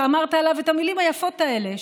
שאמרת עליו את המילים היפות האלה,